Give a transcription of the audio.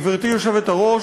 גברתי היושבת-ראש,